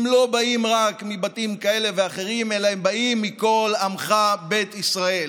שהם לא באים רק מבתים כאלה ואחרים אלא הם באים מכל עמך בית ישראל.